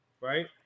Right